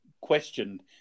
questioned